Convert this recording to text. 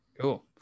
Cool